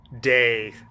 day